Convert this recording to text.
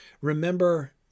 remember